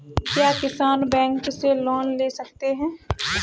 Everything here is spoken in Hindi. क्या किसान बैंक से लोन ले सकते हैं?